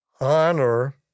honor